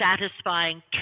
satisfying